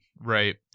right